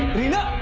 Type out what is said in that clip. reena!